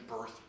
birth